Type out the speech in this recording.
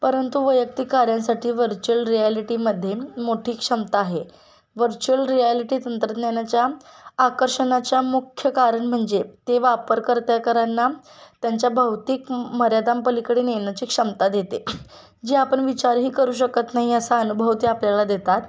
परंतु वैयक्तिक कार्यांसाठी वर्चुअल रियालिटीमध्ये मोठी क्षमता आहे व्हर्च्युअल रियालिटी तंत्रज्ञानाच्या आकर्षणाच्या मुख्य कारण म्हणजे ते वापरकर्त्याकरांना त्यांच्या भौतिक मर्यादांपलीकडे नेण्याची क्षमता देते जे आपण विचारही करू शकत नाही असा अनुभव ते आपल्याला देतात